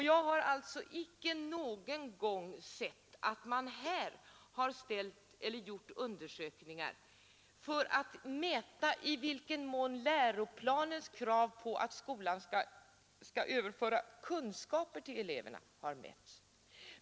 Jag har icke någon gång sett att det har gjorts undersökningar för att mäta i vilken mån läroplanens krav på att skolan skall överföra kunskaper till eleverna har uppfyllts.